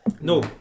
no